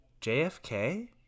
jfk